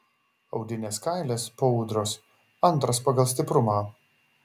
audinės kailis po ūdros antras pagal stiprumą